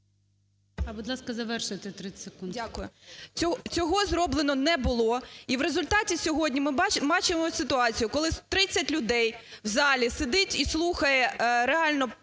Будь ласка, завершуйте 30 секунд. СОТНИК О.С. Дякую. Цього зроблено не було, і в результаті сьогодні ми бачимо ситуацію, коли 30 людей в залі сидить і слухає реально